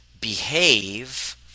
behave